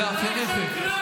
ואף להפך,